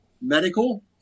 medical